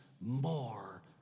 more